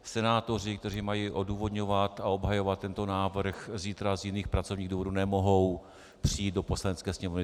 Senátoři, kteří mají odůvodňovat a obhajovat tento návrh, zítra z jiných pracovních důvodů nemohou přijít do Poslanecké sněmovny.